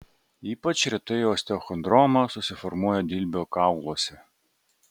ypač retai osteochondroma susiformuoja dilbio kauluose